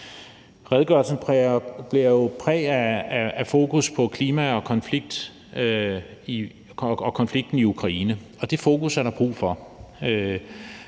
Redegørelsen bærer jo præg af et fokus på klima og konflikten i Ukraine, og det fokus er der brug for.